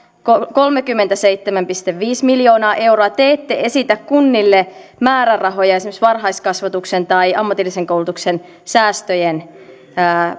kolmekymmentäseitsemän pilkku viisi miljoonaa euroa te ette esitä kunnille määrärahoja esimerkiksi varhaiskasvatuksen tai ammatillisen koulutuksen säästöjen